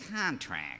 contract